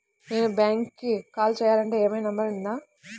నేను బ్యాంక్కి కాల్ చేయాలంటే ఏమయినా నంబర్ ఉందా?